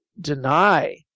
deny